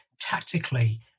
tactically